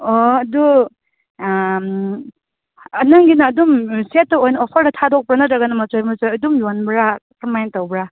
ꯑꯣ ꯑꯗꯨ ꯅꯪꯒꯤꯅ ꯑꯗꯨꯝ ꯁꯦꯠꯇ ꯑꯣꯏꯅ ꯑꯣꯐꯔꯗ ꯊꯥꯗꯣꯛꯄ꯭ꯔꯥ ꯅꯠꯇ꯭ꯔꯒꯅ ꯃꯆꯣꯏ ꯃꯆꯣꯏ ꯑꯗꯨꯃ ꯌꯣꯟꯕ꯭ꯔꯥ ꯀꯃꯥꯏ ꯇꯧꯕ꯭ꯔꯥ